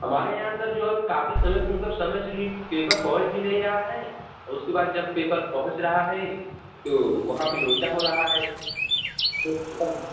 हमारे यहाँ सर जो है काफी समय से मतलब समय से भी पेपर पहुँच भी नहीं रहा है और उसके बाद जब पेपर पहुँच रहा है तो वहाँ पर लोचा हो रहा है तो सर